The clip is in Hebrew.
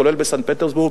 כולל בסנט-פטרסבורג,